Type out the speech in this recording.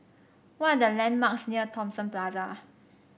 what are the landmarks near Thomson Plaza